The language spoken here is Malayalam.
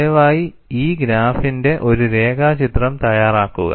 ദയവായി ഈ ഗ്രാഫിന്റെ ഒരു രേഖാചിത്രം തയ്യാറാക്കുക